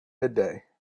midday